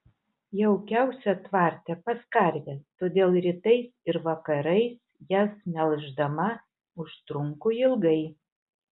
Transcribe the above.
jaukiausia tvarte pas karves todėl rytais ir vakarais jas melždama užtrunku ilgai